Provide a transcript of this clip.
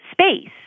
space